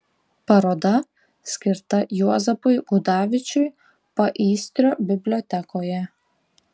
paroda skirta juozapui gudavičiui paįstrio bibliotekoje